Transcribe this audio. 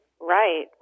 Right